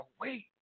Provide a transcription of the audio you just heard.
wait